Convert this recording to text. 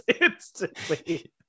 instantly